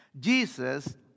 Jesus